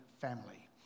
family